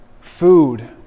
food